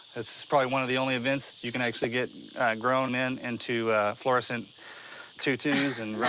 it's probably one of the only events you can actually get grown men into fluorescent tutus and run